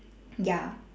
ya